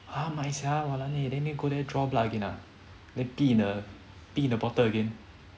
!huh! mai sia walan eh need to go there draw blood again ah then pee in the bottle again